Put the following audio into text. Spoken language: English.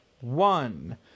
one